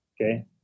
Okay